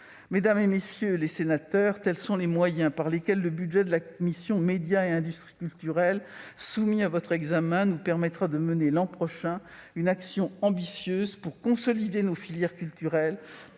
Mesdames, messieurs les sénateurs, tels sont les moyens grâce auxquels le budget de la mission « Médias, livre et industries culturelles », soumis à votre examen, nous permettra de mener l'an prochain une action ambitieuse pour consolider nos filières culturelles,